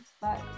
Bye